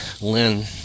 Lynn